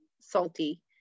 salty